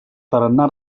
tarannà